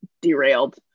derailed